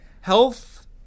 Health